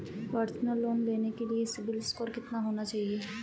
Personal loan लेने के लिए सिबिल स्कोर कितना होना चाहिए?